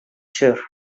чор